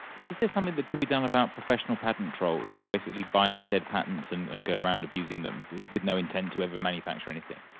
is there something that could be done about professional patent trolls who basically buy opted patents and and go around abusing them with no intent to ever manufacture anything?